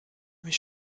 mich